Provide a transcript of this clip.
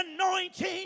anointing